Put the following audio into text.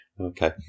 Okay